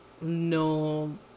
no